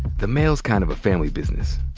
the mail's kind of a family business.